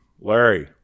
Larry